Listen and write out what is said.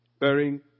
bearing